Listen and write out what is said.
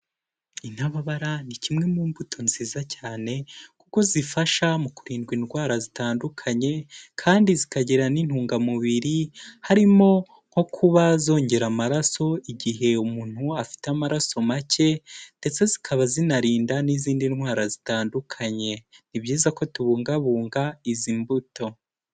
Intababara ni kimwe mu mbuto nziza cyane, kuko zifasha mu kurindwa indwara zitandukanye, kandi zikagira n'intungamubiri, harimo nko kuba zongera amaraso igihe umuntu afite amaraso make, ndetse zikaba zinarinda n'izindi ndwara zitandukanye. Ni byiza ko tubungabunga izi mbuto.